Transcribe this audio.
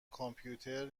کامپیوتر